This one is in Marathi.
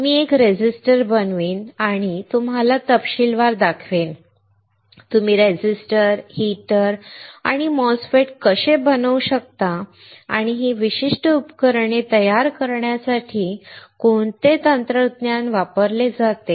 मी एक रेझिस्टर बनवीन आणि तुम्हाला तपशीलवार दाखवेन तुम्ही रेझिस्टर हीटर आणि MOSFET कसे बनवू शकता आणि ही विशिष्ट उपकरणे तयार करण्यासाठी कोणते तंत्रज्ञान वापरले जाते